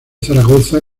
zaragoza